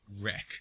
wreck